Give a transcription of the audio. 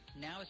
Now